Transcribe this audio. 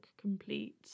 complete